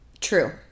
True